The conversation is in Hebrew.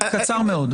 קצר מאוד.